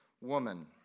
woman